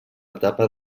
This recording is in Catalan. etapa